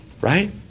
right